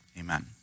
amen